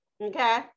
okay